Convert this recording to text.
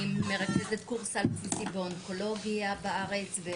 אני מרכזת קורס על בסיסי באונקולוגיה בארץ.